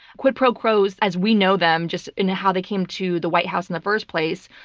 quid pro quos as we know them, just in how they came to the white house in the first place,